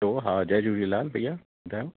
hello हा जय झूलेलाल भईया ॿुधायो